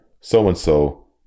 so-and-so